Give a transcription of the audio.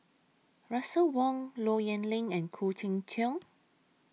Russel Wong Low Yen Ling and Khoo Cheng Tiong